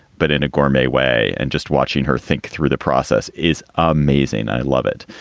but in a gourmet way. and just watching her think through the process is amazing. i love it.